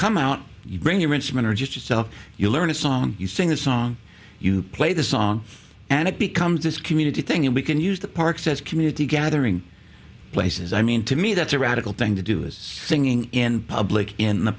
come out you bring your instrument or just itself you learn a song you sing the song you play the song and it becomes this community thing and we can use the parks as community gathering places i mean to me that's a radical thing to do is singing in public in the